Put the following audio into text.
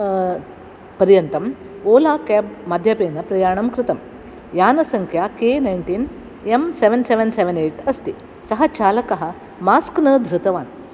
पर्यन्तं ओला काब् माध्यमेन प्रयाणं कृतम् यानसंख्या K A nineteen M seven seven seven eight अस्ति सः चालकः मास्क् न धृतवान्